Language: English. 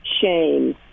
shame